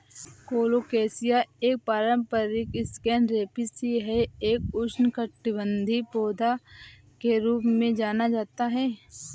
colocasia एक पारंपरिक snack recipe है एक उष्णकटिबंधीय पौधा के रूप में जाना जाता है